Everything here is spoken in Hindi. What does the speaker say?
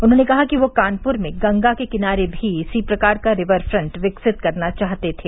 उन्होंने कहा कि वे कानपुर में गंगा के किनारे भी इसी प्रकार का रिवर फ्रंट विकसित करना चाहते थे